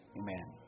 amen